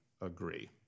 agree